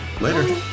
Later